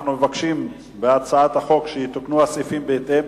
אנחנו מבקשים שיתוקנו מספרי הסעיפים בהצעת החוק בהתאם,